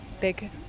big